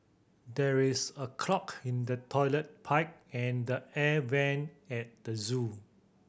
there is a clog in the toilet pipe and the air vent at the zoo